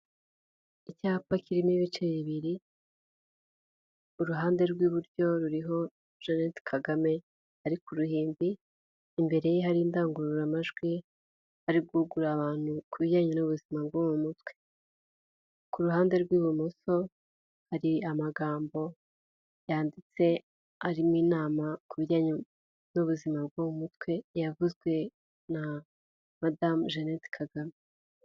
Icyapa kirimo ibice bibiri uruhande rw'iburyo ruriho Jeannette kagame ari ku ruhimbi, imbere ye hari indangururamajwi ari gugurura abantu ku bijyanye n'ubuzima bwo mu mutwe, ku ruhande rw'ibumoso hari amagambo yanditse arimo inama ku bijyanye n'ubuzima bwo mu mutwe yavuzwe na madamu Jeannette Kagame.